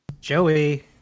Joey